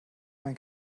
mein